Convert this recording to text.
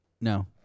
No